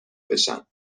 بشم